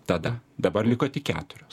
tada dabar liko tik keturios